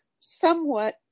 somewhat